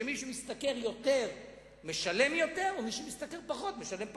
שמי שמשתכר יותר משלם יותר ומי שמשתכר פחות משלם פחות.